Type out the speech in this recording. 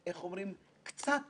בתהליכים כאלה ואחרים.